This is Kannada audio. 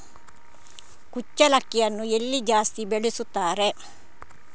ಕುಚ್ಚಲಕ್ಕಿಯನ್ನು ಎಲ್ಲಿ ಜಾಸ್ತಿ ಬೆಳೆಸುತ್ತಾರೆ?